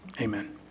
Amen